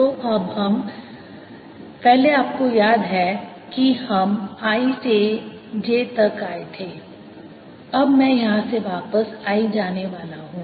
तो अब पहले आपको याद है कि हम I से j तक आए थे अब मैं यहां से वापस I जाने वाला हूं